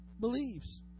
believes